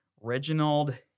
Reginald